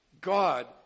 God